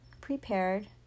prepared